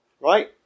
right